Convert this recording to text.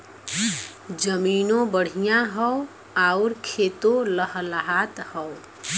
जमीनों बढ़िया हौ आउर खेतो लहलहात हौ